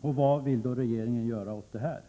Vad vill regeringen då göra?